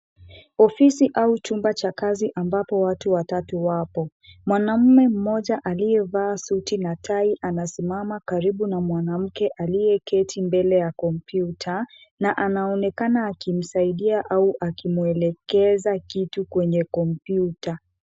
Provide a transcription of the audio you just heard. Ofisi au chumba cha kazi ambapo watu watatu wapo. Mwanamume mmoja aliyevaa suti na tai, anasimama karibu na mwanamke aliyeketi mbele ya kompyuta na anaonekana akimsaidia au akimuelekeza kitu kwenye kompyuta.